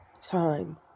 time